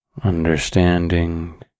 understanding